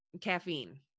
caffeine